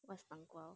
what 南瓜